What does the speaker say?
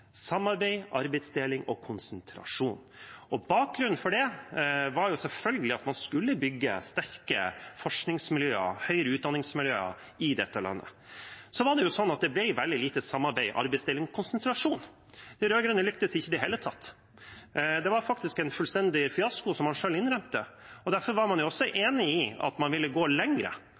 samarbeid, arbeidsdeling og konsentrasjon. Bakgrunnen for det var selvfølgelig at man skulle bygge sterke forskningsmiljøer og høyere utdanningsmiljøer i dette landet. Så ble det veldig lite samarbeid, arbeidsdeling og konsentrasjon. De rød-grønne lyktes ikke i det hele tatt. Det var faktisk en fullstendig fiasko, noe man selv innrømmet, og derfor var man også enig i at man ville gå